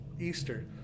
Easter